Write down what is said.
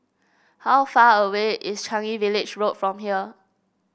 how far away is Changi Village Road from here